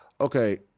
Okay